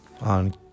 on